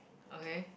okay